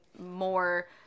more